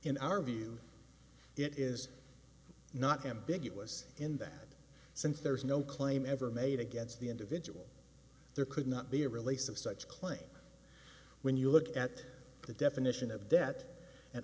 in our view it is not ambiguous in that since there is no claim ever made against the individual there could not be a release of such claims when you look at the definition of debt an